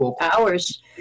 Hours